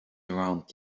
around